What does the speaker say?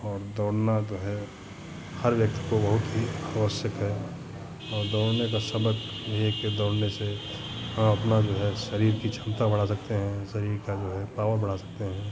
और दौड़ना जो है हर व्यक्ति को बहुत ही आवश्यक है और दौड़ने का सबक ये है कि दौड़ने से हम अपना जो है शरीर की क्षमता बढ़ा सकते हैं शरीर का जो है पावर बढ़ा सकते हैं